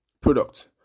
product